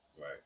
right